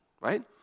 right